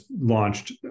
launched